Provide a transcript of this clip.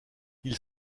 ils